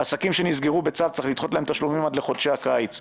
עסקים שנסגרו בצו צריך לדחות להם תשלומים עד לחודשי הקיץ.